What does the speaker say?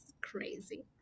crazy